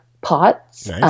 pots